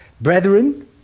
Brethren